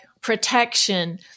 protection